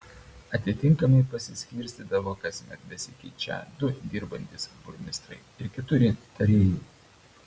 atitinkamai pasiskirstydavo kasmet besikeičią du dirbantys burmistrai ir keturi tarėjai